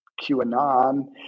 QAnon